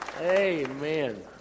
amen